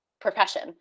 profession